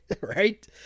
right